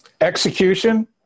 Execution